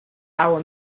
our